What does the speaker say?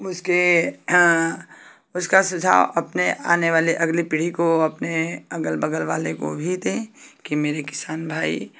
उसके उसका सुझाव अपने आने वाले अगली पीढ़ी को अपने अगल बगल वाले को भी दें कि मेरे किसान भाई